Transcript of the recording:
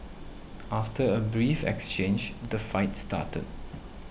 after a brief exchange the fight started